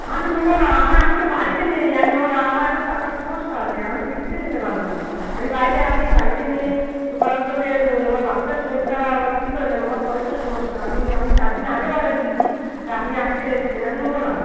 আমি নেবো না আমায় আমি তো বাড়িতে নেই আর নেবো না আর আমার এখন টাকার সমস্যা আছে আমি কিছুতে নিতে পারবো না আমি বাইরে আছি বাড়িতে নেই উপরন্ত ফের আমার বাচ্চার শরীর খারাপ আমি কী করে নেবো আমার পয়সার সমস্যা আমি আমি চার দিন আগেও অর্ডার দিয়েছি আর আপনি আজকের এসছেন আমি নেবো না